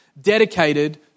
Dedicated